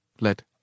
Let